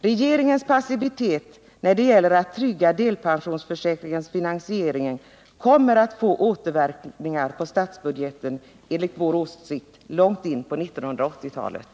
Regeringens passivitet när det gäller att trygga delpensionsförsäkringens finansiering kommer enligt vår åsikt att få återverkningar på statsbudgeten långt in på 1980-talet.